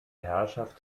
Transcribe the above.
herrschaft